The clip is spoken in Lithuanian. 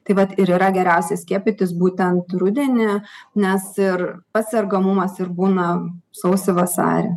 taip vat ir yra geriausia skiepytis būtent rudenį nes ir pats sergamumas ir būna sausį vasarį